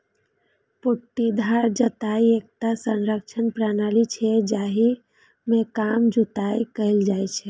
पट्टीदार जुताइ एकटा संरक्षण प्रणाली छियै, जाहि मे कम जुताइ कैल जाइ छै